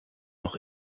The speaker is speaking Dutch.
nog